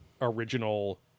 original